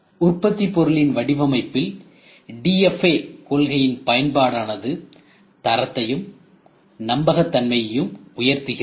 உற்பத்தி பொருளின் வடிவமைப்பில் DFA கொள்கையின் பயன்பாடானது தரத்தையும் நம்பகத்தன்மையும் உயர்த்துகிறது